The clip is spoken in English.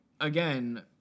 again